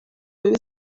you